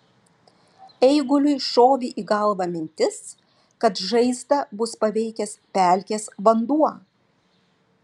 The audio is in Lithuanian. eiguliui šovė į galvą mintis kad žaizdą bus paveikęs pelkės vanduo